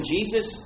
Jesus